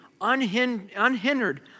unhindered